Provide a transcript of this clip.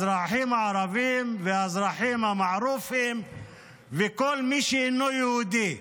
האזרחים הערבים והאזרחים המערופים וכל מי שאינו יהודי.